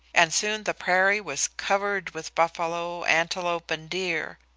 and soon the prairie was covered with buffalo, antelope, and deer.